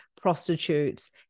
prostitutes